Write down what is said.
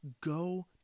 go